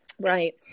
Right